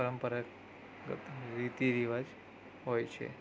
પરંપરાગત રીતરિવાજ હોય છે